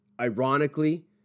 ironically